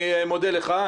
אני מודה לך,